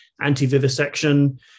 anti-vivisection